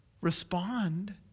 respond